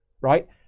right